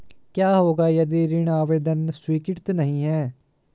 क्या होगा यदि ऋण आवेदन स्वीकृत नहीं है?